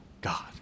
God